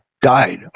died